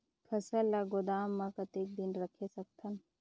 फसल ला गोदाम मां कतेक दिन रखे सकथन?